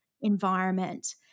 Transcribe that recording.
environment